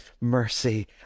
mercy